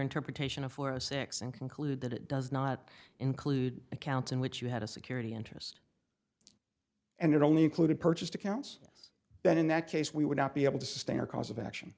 interpretation of for a six and conclude that it does not include accounts in which you had a security interest and it only included purchased accounts then in that case we would not be able to sustain a cause of action